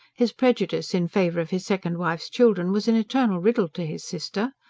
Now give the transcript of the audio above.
his prejudice in favour of his second wife's children was an eternal riddle to his sister.